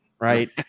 Right